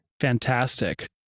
fantastic